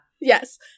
Yes